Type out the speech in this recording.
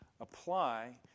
apply